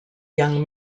young